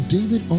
David